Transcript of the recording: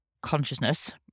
consciousness